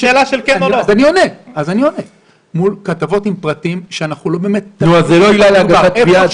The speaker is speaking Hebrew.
פרטים שאנחנו לא באמת --- אז תתבעו דיבה.